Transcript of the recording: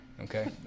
Okay